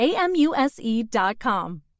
amuse.com